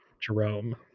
jerome